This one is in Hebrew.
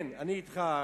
כן, אני אתך,